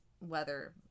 weather